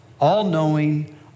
all-knowing